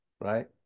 right